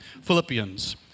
Philippians